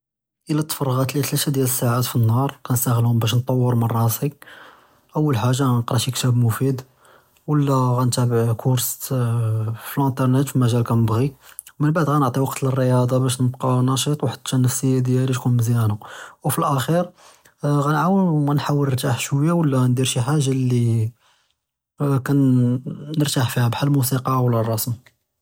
אִילַא תִפְרַגַּאת לִיַא תְלָאתַה דִּיַאל אֶסַּעָאת פִּנְנַהַאר גַּאנְסְתַעְלְהוּם בָּאש נְטַוֶּר מִן רַאסִי אֻוּל חַאגָה גַּאנְקְרָא שִׁי כִּתַאב מוּפִיד וְלָא גַּאנְתַאבַּע קוּרְס פִּלְאֶינְטֶרְנַאת פִּמְגָ'אל כַּאנְבְּעִי וּמְבְעַדָה נְעְטִי וַקְת לֶלְרִיַاضة בָּאש נִבְקִי נְשִׁيط וְאֶוּל נַפְסִיַּה דִּיַאלִי שְׁغֶ'ל מִזְיַאנָה וְפִּלְאַחִיר גַּאנְעַאוּן וְנְחַاوֵל נְרְתַּاح שְׁוּיָה וְלָא נְדִיר שִׁי חַאגָה לִי כַּאנְרְתַاح פִיהَا בְּחַאל אֶלְמֻוסִיקַא וְלָא אֶלְرַסְמ.